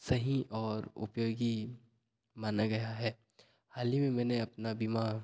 सही और उपयोगी माना गया है हाल ही में मैंने अपना बीमा